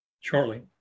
shortly